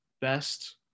best